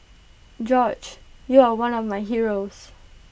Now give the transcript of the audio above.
George you are one of my heroes